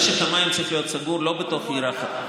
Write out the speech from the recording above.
משק המים צריך להיות סגור לא בתוך עיר אחת.